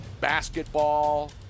basketball